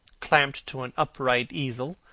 clamped to an upright easel,